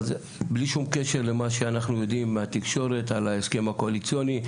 אבל זה בלי שום קשר למה שאנחנו יודעים מהתקשורת על ההסכם הקואליציוני,